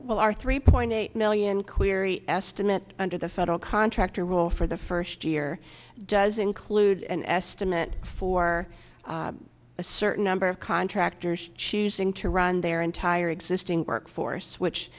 well our three point eight million query estimate under the federal contractor role for the first year does include an estimate for a certain number of contractors choosing to run their entire existing workforce which